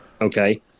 Okay